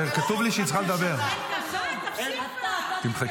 שכול --- מיקי לוי (יש עתיד): תקשיבי טוב.